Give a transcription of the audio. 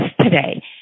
today